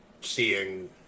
seeing